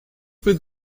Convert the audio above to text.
put